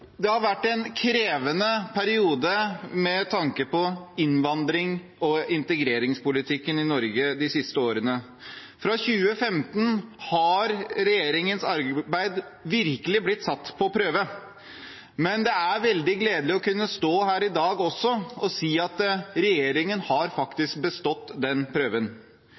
Det har vært en krevende periode med tanke på innvandrings- og integreringspolitikken i Norge de siste årene. Fra 2015 har regjeringens arbeid virkelig blitt satt på prøve, men det er veldig gledelig å kunne stå her i dag og si at regjeringen har faktisk bestått den prøven.